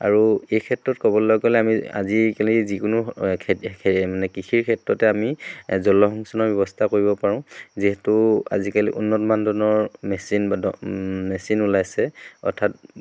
আৰু এই ক্ষেত্ৰত ক'বলৈ গ'লে আমি আজিকালি যিকোনো খেতি মানে কৃষিৰ ক্ষেত্ৰতে আমি জলসিঞ্চনৰ ব্যৱস্থা কৰিব পাৰোঁ যিহেতু আজিকালি উন্নত মানদণ্ডৰ মেচিন মেচিন ওলাইছে অৰ্থাৎ